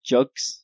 Jugs